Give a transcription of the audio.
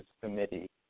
Committee